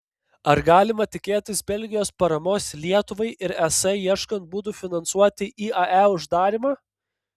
ar galima tikėtis belgijos paramos lietuvai ir es ieškant būdų finansuoti iae uždarymą